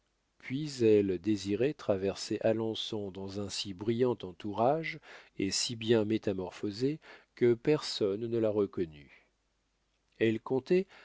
puis elle désirait traverser alençon dans un si brillant entourage et si bien métamorphosée que personne ne la reconnut elle comptait